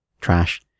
trash